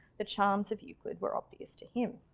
the charms of euclid were obvious to him.